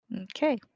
Okay